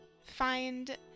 find